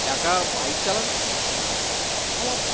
একা বাইক চালানো আমার